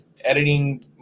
editing